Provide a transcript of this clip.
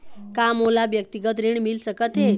का मोला व्यक्तिगत ऋण मिल सकत हे?